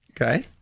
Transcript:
okay